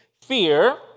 fear